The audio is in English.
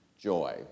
Joy